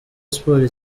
sports